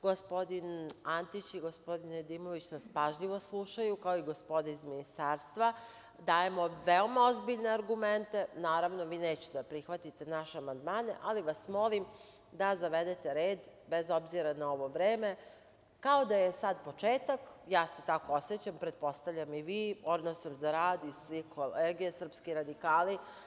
Gospodin Antić i gospodin Nedimović nas pažljivo slušaju kao i gospoda iz ministarstva, dajemo veoma ozbiljne argumente, naravno vi nećete da prihvatite naše amandmane, ali vas molim da zavedete red bez obzira na ovo vreme kao da je sad početak, ja se tako osećam, pretpostavljam i vi, orna sam za rad i sve kolege srpski radikali.